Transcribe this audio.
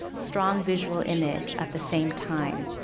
strong visual image at the same time.